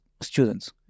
students